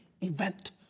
event